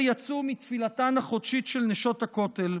כאשר יצאו מתפילתן החודשית של נשות הכותל.